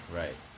right